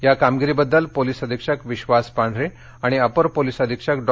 या कामगिरीबद्दल पोलिस अधीक्षक विश्वास पांढरे आणि अपर पोलिस अधीक्षक डॉ